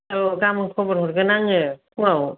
औ गाबोन खबर हरगोन आंङो फुंआव